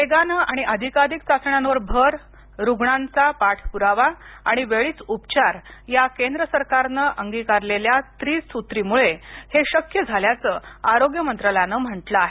वेगानं आणि अधिकाधिक चाचण्यांवर भर रुग्णांचा पाठपुरावा आणि वेळीच उपचार या केंद्र सरकारनं अंगिकारलेल्या त्रिसूत्रीमुळे हे शक्य झाल्याचं आरोग्य मंत्रालयानं म्हटलं आहे